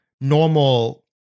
normal